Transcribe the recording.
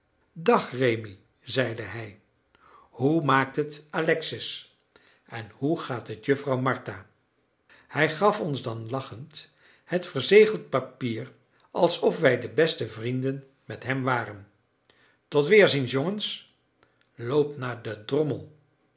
dag rémi zeide hij hoe maakt het alexis en hoe gaat het juffrouw martha hij gaf ons dan lachend het verzegeld papier alsof wij de beste vrienden met hem waren tot weerziens jongens loop naar den drommel